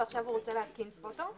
ועכשיו הוא רוצה להתקין פוטו.